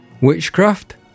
Witchcraft